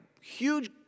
Huge